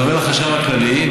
זה עובר לחשב הכללי,